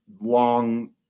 long